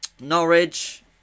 Norwich